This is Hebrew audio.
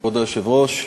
כבוד היושב-ראש,